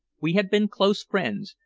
we had been close friends,